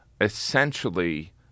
essentially